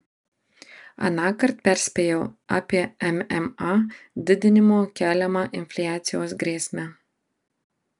anąkart perspėjau apie mma didinimo keliamą infliacijos grėsmę